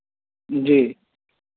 जी